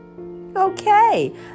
Okay